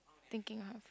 thinking of